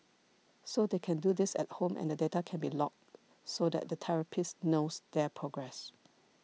so they can do this at home and the data can be logged so that the therapist knows their progress